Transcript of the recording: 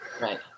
right